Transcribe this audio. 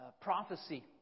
prophecy